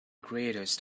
greatest